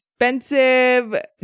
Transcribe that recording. expensive